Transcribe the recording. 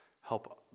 help